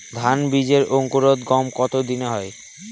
ধান বীজের অঙ্কুরোদগম কত দিনে হয়?